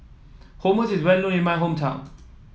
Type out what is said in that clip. hummus is well known in my hometown